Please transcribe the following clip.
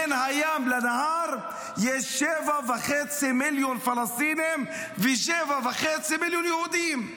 בין הים לנהר יש שבעה וחצי מיליון פלסטינים ושבעה מיליון וחצי יהודים,